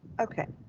okay.